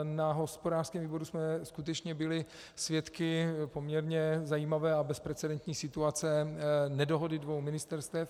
Na hospodářském výboru jsme skutečně byli svědky poměrně zajímavé a bezprecedentní situace nedohody dvou ministerstev.